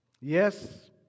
Yes